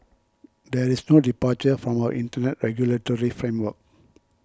there is no departure from our Internet regulatory framework